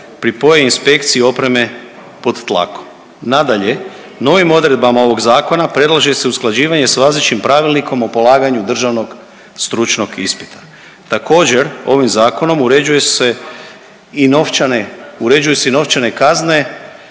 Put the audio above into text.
pripoje inspekciji opreme pod tlakom. Nadalje, novim odredbama ovog Zakona predlaže se usklađivanje s važećim Pravilnikom o polaganju državnog stručnog ispita. Također, ovim Zakonom uređuje se i novčane,